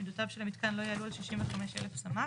מידותיו של המיתקן לא יעלו על 65 אלף סמ"ק,